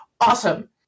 Awesome